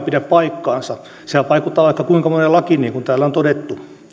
pidä paikkaansa sehän vaikuttaa vaikka kuinka moneen lakiin niin kuin täällä on todettu